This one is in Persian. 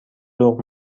ذوق